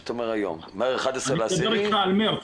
אני מדבר איתך על מארס.